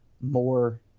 more